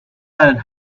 had